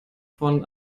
von